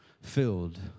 filled